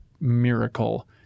miracle